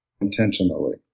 intentionally